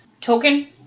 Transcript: token